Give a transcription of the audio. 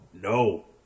No